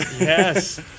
Yes